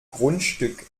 grundstück